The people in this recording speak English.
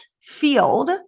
field